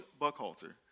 Buckhalter